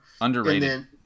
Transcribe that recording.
underrated